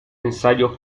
ensayo